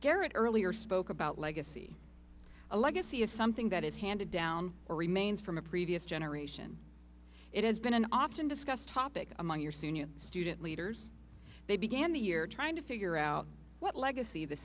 garrett earlier spoke about legacy a legacy is something that is handed down or remains from a previous generation it has been an often discussed topic among your senior student leaders they began the year trying to figure out what legacy the